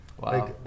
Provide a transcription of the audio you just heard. Wow